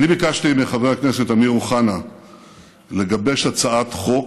ביקשתי מחבר הכנסת אמיר אוחנה לגבש הצעת חוק